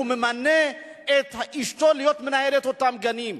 ראש העיר ממנה את אשתו להיות מנהלת אותם גנים.